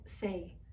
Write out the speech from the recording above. say